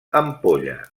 ampolla